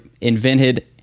invented